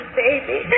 baby